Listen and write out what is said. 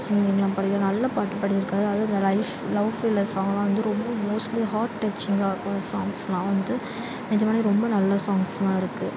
சிங்கிங்லாம் பாடியிருக்காரு நல்ல பாட்டு பாடியிருக்காரு அதாவது லவ் ஃபெயிலிர் சாங்கலாம் வந்து ரொம்ப மோஸ்ட்லி ஹார்ட் டச்சிங்காக இருக்கும் சாங்க்ஸ்லாம் வந்து நிஜமாலே ரொம்ப நல்ல சாங்ஸ்லாம் இருக்குது